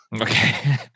Okay